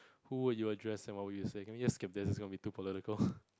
who were you address and what will you say can we just skip it it is going to be too political